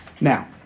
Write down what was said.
Now